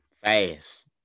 fast